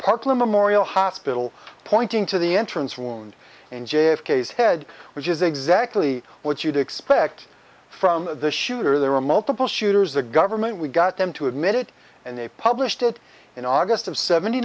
parkland the morial hospital pointing to the entrance wound in j f k s head which is exactly what you'd expect from the shooter there were multiple shooters the government we got them to admit it and they published it in august of seventy